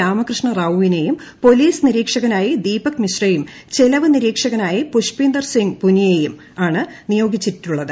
രാമകൃഷ്ണ റാവുവിനേയും പോലീസ് നിരീക്ഷകനായി ദീപക് മിശ്രയും ചെലവ് നിരീക്ഷകനായി പുഷ്പീന്ദർ സിംഗ് പൂനിയയേയും ആണ് നിയോഗിച്ചിട്ടുളളത്